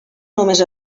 només